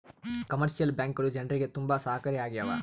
commercial ಬ್ಯಾಂಕ್ಗಳು ಜನ್ರಿಗೆ ತುಂಬಾ ಸಹಾಯಕಾರಿ ಆಗ್ಯಾವ